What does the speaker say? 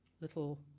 little